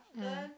mm